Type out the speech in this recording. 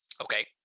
Okay